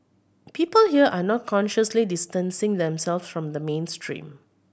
people here are not consciously distancing themselves from the mainstream